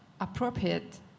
appropriate